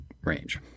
range